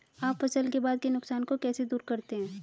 आप फसल के बाद के नुकसान को कैसे दूर करते हैं?